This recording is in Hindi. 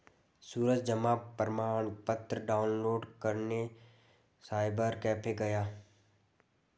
सूरज जमा प्रमाण पत्र डाउनलोड करने साइबर कैफे गया